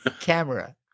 camera